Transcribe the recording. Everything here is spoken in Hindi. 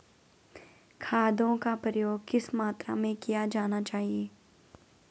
खादों का प्रयोग किस मात्रा में किया जाना चाहिए?